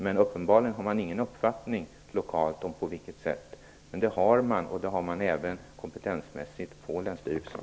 Men uppenbarligen har man ingen uppfattning lokalt om på vilket sätt. Men det har man på länsstyrelserna, där man även har kompetensen.